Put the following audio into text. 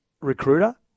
recruiter